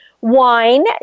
wine